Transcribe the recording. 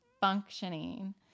functioning